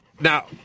Now